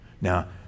Now